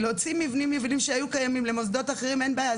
להוציא מבנים שהיו קיימים למוסדות אחרים-אין בעיה,